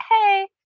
hey